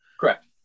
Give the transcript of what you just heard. Correct